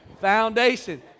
foundation